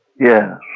Yes